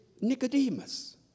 Nicodemus